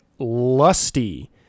lusty